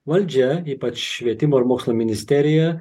valdžia ypač švietimo ir mokslo ministerija